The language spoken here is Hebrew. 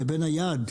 לבין היעד.